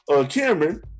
Cameron